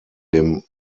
dem